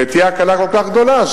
ותהיה הקלה כל כך גדולה,